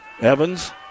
Evans